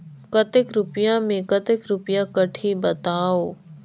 कतेक रुपिया मे कतेक रुपिया कटही बताव?